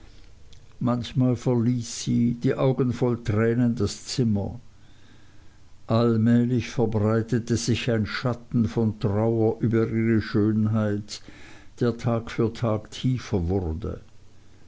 manchmal verließ sie die augen voll tränen das zimmer allmählich verbreitete sich ein schatten von trauer über ihre schönheit der tag für tag tiefer wurde